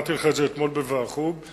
אמרתי לך את זה אתמול בוועדת החוץ והביטחון.